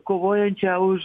kovojančią už